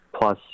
plus